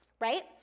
right